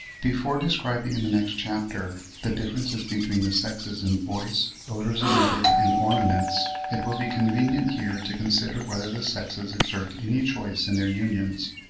before describing in the next chapter, the differences between the sexes in voice, odours emitted, and ornaments, it will be convenient here to consider whether the sexes exert any choice in their unions.